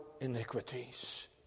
iniquities